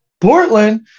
Portland